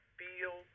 feel